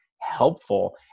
helpful